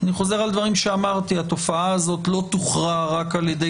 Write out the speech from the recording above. אני חוזר על דברים שאמרתי: התופעה הזאת לא תוכרע רק על ידי